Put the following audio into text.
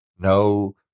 No